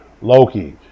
Loki